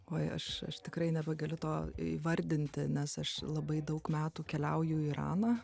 oi aš aš tikrai nebegaliu to įvardinti nes aš labai daug metų keliauju į iraną